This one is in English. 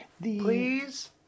Please